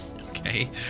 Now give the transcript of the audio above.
Okay